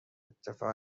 اتفاق